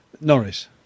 Norris